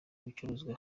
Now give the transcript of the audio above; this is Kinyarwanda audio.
ibicuruzwa